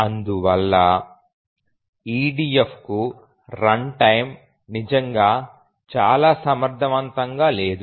అందువల్ల EDFకు రన్టైమ్ నిజంగా చాలా సమర్థవంతంగా లేదు